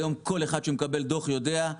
היום כל אחד שמקבל דוח יודע,